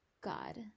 God